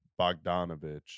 Bogdanovich